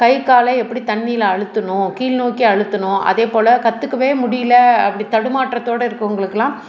கை காலை எப்படி தண்ணியில் அழுத்தணும் கீழ் நோக்கி அழுத்தணும் அதே போல் கற்றுக்கவே முடியல அப்படி தடுமாற்றத்தோடு இருக்கறவங்களுக்குலாம்